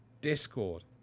Discord